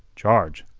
charge?